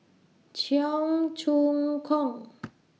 Cheong Choong Kong